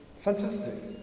Fantastic